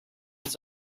his